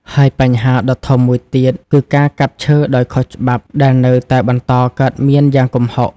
ហើយបញ្ហាដ៏ធំមួយទៀតគឺ ការកាប់ឈើដោយខុសច្បាប់ ដែលនៅតែបន្តកើតមានយ៉ាងគំហុក។